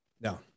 No